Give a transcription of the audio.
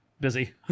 busy